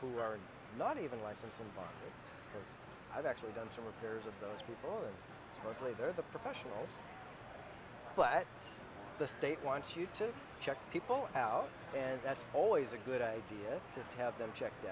who are not even like them and i've actually done some repairs of those people mostly they are the professionals the state wants you to check people out and that's always a good idea to have them checked